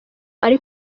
ari